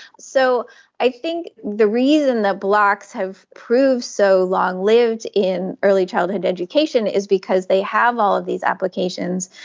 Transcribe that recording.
so i think the reason the blocks have proved so long-lived in early childhood education is because they have all of these applications,